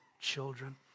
children